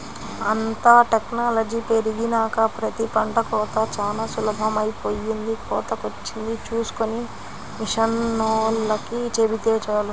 అంతా టెక్నాలజీ పెరిగినాక ప్రతి పంట కోతా చానా సులభమైపొయ్యింది, కోతకొచ్చింది చూస్కొని మిషనోల్లకి చెబితే చాలు